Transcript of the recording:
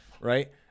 right